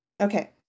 Okay